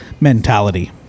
mentality